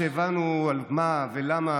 כשהבנו על מה ולמה,